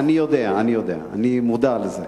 אני יודע, אני יודע, אני מודע לזה,